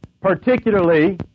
particularly